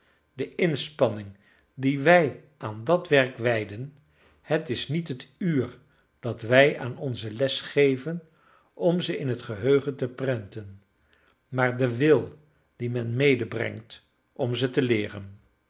de inspanning die wij aan dat werk wijden het is niet het uur dat wij aan onze les geven om ze in het geheugen te prenten maar de wil dien men medebrengt om ze te leeren